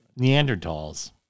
Neanderthals